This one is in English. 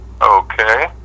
Okay